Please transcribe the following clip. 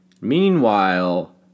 meanwhile